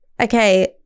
okay